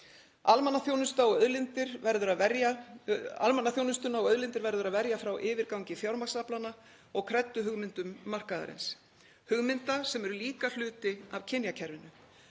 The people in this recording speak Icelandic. Almannaþjónustuna og auðlindir verður að verja frá yfirgangi fjármagnsaflanna og kredduhugmyndum markaðarins, hugmyndum sem eru líka hluti af kynjakerfinu.